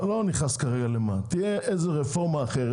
אני לא נכנס כרגע למה תהיה רפורמה אחרת